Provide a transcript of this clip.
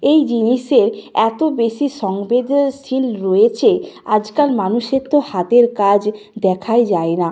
এই জিনিসে এত বেশি সংবেদনশীল রয়েছে আজকাল মানুষের তো হাতের কাজ দেখাই যায় না